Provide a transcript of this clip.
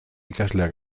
ikasleak